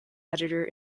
editor